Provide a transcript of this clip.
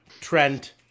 Trent